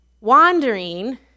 Wandering